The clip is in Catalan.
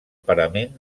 parament